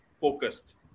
focused